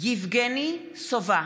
יבגני סובה,